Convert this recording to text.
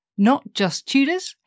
NotJustTudors